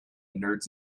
nerds